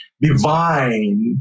divine